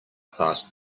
fast